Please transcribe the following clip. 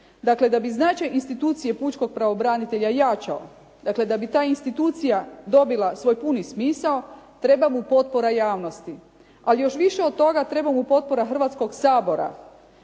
Dakle da bi značaj institucije pučkog pravobranitelja jačao, dakle da bi ta institucija dobila svoj puni smisao, treba mu potpora javnosti. Ali još više od toga treba mu potpora Hrvatskog sabora